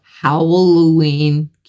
Halloween